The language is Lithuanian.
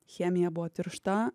chemija buvo tiršta